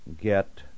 get